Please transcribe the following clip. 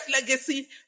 legacy